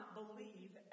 believe